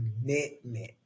commitment